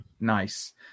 nice